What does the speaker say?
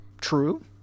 True